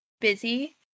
busy